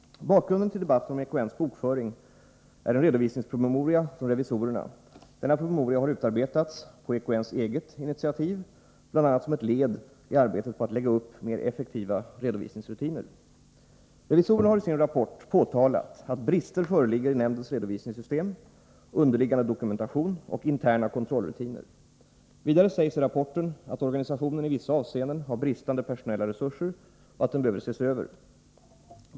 Bakgrunden till debatten om EKN:s bokföring är en redovisningspromemoria från revisorerna. Denna promemoria har utarbetats på EKN:s eget initiativ, bl.a. som ett led i arbetet med att lägga upp mer effektiva redovisningsrutiner. Revisorerna har i sin rapport påtalat att brister föreligger i nämndens redovisningssystem, underliggande dokumentation och interna kontrollrutiner. Vidare sägs i rapporten att organisationen i vissa avseenden har bristande personella resurser och att den behöver ses över.